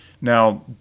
Now